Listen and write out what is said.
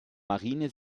marine